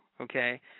okay